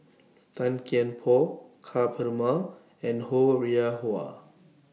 Tan Kian Por Ka Perumal and Ho Rih Hwa